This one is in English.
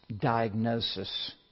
diagnosis